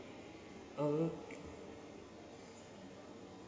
oh look